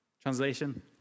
Translation